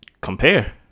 compare